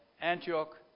Antioch